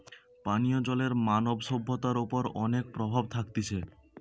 পানীয় জলের মানব সভ্যতার ওপর অনেক প্রভাব থাকতিছে